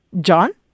John